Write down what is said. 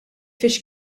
fiex